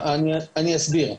אני אסביר.